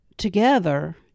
together